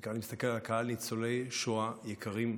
אני מסתכל על הקהל, ניצולי שואה יקרים,